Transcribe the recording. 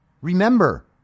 Remember